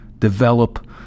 develop